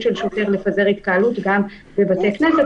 של שוטר לפזר התקהלות גם בבתי כנסת,